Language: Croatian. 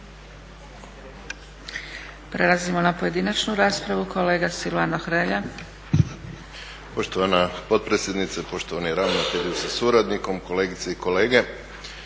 Prelazimo na pojedinačnu raspravu. Kolega Silvano Hrelja.